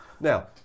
Now